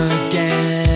again